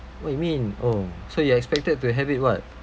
what you mean oh so you expected to have it what